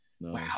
Wow